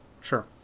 Sure